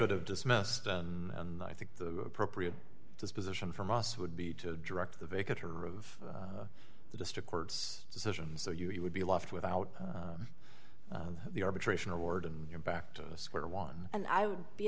would have dismissed on and i think the appropriate disposition from us would be to direct the vacant or of the district court's decisions so you would be left without the arbitration award and you're back to square one and i would be